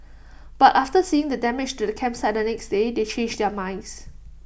but after seeing the damage to the campsite the next day they changed their minds